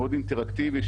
אינטראקטיבי,